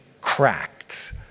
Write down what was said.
cracked